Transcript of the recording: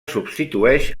substitueix